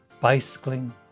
bicycling